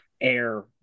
air